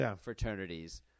fraternities